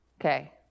Okay